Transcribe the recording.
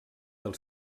del